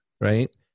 right